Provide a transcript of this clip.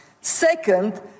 Second